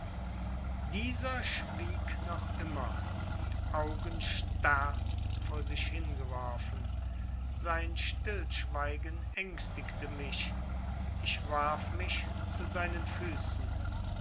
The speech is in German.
dieser schwieg noch immer die augen starr vor sich hingeworfen sein stillschweigen ängstigte mich ich warf mich zu seinen füßen